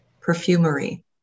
perfumery